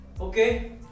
okay